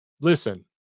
listen